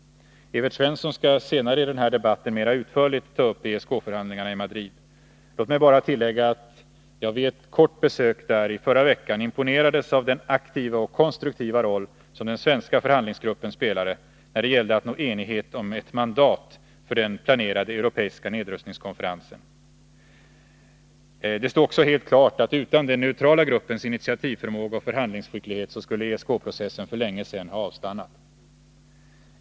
Evert Svensson skall senare i den här debatten mera utförligt ta upp ESK-förhandlingarna i Madrid. Låt mig bara tillägga att jag vid ett kort besök där i förra veckan imponerades av den aktiva och konstruktiva roll som den svenska förhandlingsgruppen spelade när det gällde att nå enighet om ett mandat för den planerade europeiska nedrustningskonferensen. Det stod också helt klart att ESK-processen utan den neutrala gruppens initiativförmåga och förhandlingsskicklighet för länge sedan skulle ha avstannat.